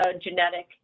genetic